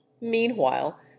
meanwhile